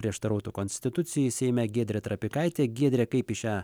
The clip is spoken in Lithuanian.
prieštarautų konstitucijai seime giedrė trapikaitė giedre kaip į šią